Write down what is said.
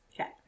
okay